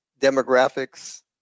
demographics